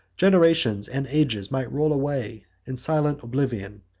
generations and ages might roll away in silent oblivion,